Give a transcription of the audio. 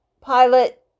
Pilot